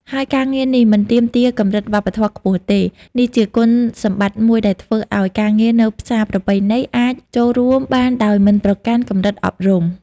ហើយការងារនេះមិនទាមទារកម្រិតវប្បធម៌ខ្ពស់ទេ នេះជាគុណសម្បត្តិមួយដែលធ្វើឱ្យការងារនៅផ្សារប្រពៃណីអាចចូលរួមបានដោយមិនប្រកាន់កម្រិតអប់រំ។